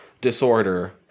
disorder